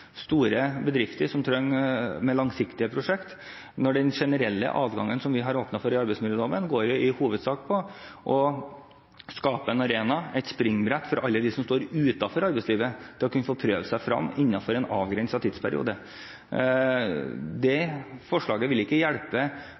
store bedrifter som har langsiktige prosjekt. Den generelle adgangen som vi har åpnet for i arbeidsmiljøloven, går i hovedsak på å skape en arena, et springbrett for alle dem som står utenfor arbeidslivet, til å kunne prøve seg innenfor en avgrenset tidsperiode. Det forslaget vil ikke hjelpe